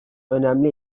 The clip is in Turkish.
önemli